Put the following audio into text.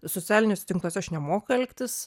socialiniuose tinkluose aš nemoku elgtis